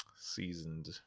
Seasoned